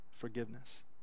forgiveness